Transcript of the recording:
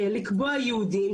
לקבוע ייעודים,